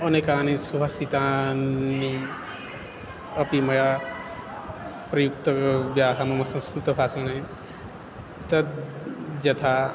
अनेकानि सुभाषितानि अपि मया प्रयुक्तः व्याः मम संस्कृतभाषणे तद्यथा